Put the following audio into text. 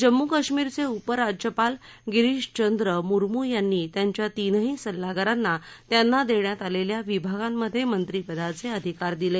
जम्मू काश्मीरचे उपराज्यपाल गिरीशचंद्र मुर्मू यांनी त्यांच्या तीनही सल्लागारांना त्यांना देण्यात आलेल्या विभागांमध्ये मंत्रीपदाचे अधिकार दिले